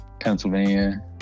Pennsylvania